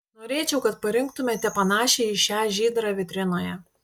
norėčiau kad parinktumėte panašią į šią žydrą vitrinoje